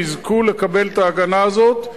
יזכו לקבל את ההגנה הזאת,